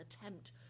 attempt